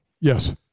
Yes